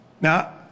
Now